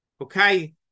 Okay